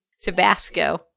Tabasco